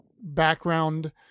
background